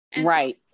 Right